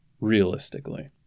realistically